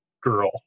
girl